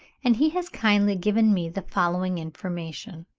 and he has kindly given me the following information.